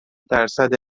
درصد